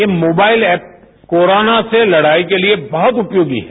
ये mobile app corona से लड़ाई के लिए बहुत उपयोगी है